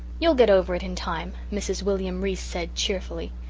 you'll get over it in time, mrs. william reese said, cheerfully.